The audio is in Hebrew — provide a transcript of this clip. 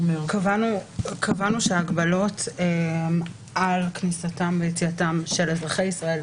קבענו שההגבלות על כניסתם ויציאתם של אזרחי ישראל,